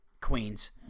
Queens